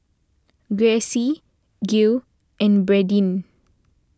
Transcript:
Gracie Gil and Bradyn